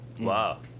Wow